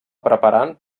preparant